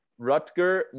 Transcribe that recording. Rutger